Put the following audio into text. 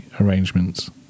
arrangements